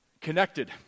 connected